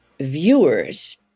viewers